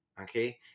okay